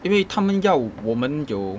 因为他们要我们有